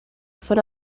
son